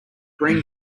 green